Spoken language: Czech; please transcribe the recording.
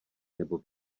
nebo